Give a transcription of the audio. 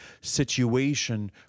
situation